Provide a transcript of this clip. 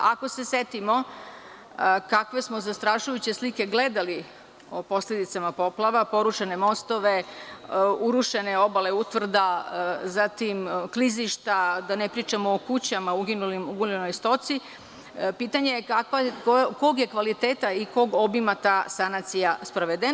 Ako se setimo kakve smo zastrašujuće slike gledali o posledicama poplava, porušene mostove, urušene obale utvrda, zatim klizišta, da ne pričamo o kućama, uginuloj stoci, pitanje je – kog je kvaliteta i kog obima ta sanacija sprovedena?